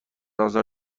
آزار